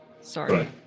Sorry